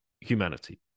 humanity